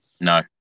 No